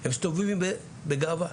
הם מסתובבים בגאווה.